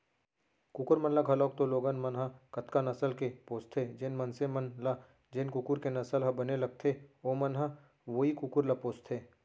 कुकुर मन ल घलौक तो लोगन मन ह कतका नसल के पोसथें, जेन मनसे मन ल जेन कुकुर के नसल ह बने लगथे ओमन ह वोई कुकुर ल पोसथें